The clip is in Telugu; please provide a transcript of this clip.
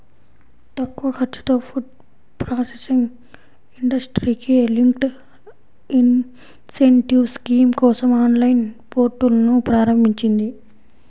తక్కువ ఖర్చుతో ఫుడ్ ప్రాసెసింగ్ ఇండస్ట్రీకి లింక్డ్ ఇన్సెంటివ్ స్కీమ్ కోసం ఆన్లైన్ పోర్టల్ను ప్రారంభించింది